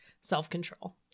self-control